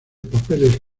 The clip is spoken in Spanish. papeles